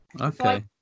Okay